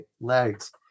legs